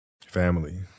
Family